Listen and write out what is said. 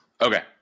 Okay